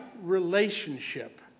relationship